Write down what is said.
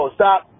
stop